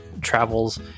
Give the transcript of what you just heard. travels